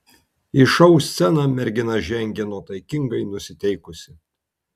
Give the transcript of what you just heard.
į šou sceną mergina žengė nuotaikingai nusiteikusi